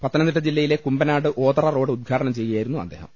പത്തനംതിട്ട ജില്ലയിലെ കുമ്പനാട് ഓതറ റോഡ് ഉദ്ഘാടനം ചെയ്യുകയായിരുന്നു അദ്ദേഹം